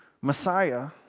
Messiah